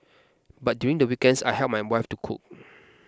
but during the weekends I help my wife to cook